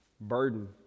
burden